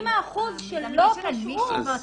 70% שלא פשעו יצאו החוצה.